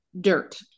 dirt